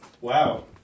Wow